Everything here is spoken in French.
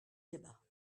débats